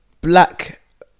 black